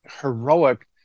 heroic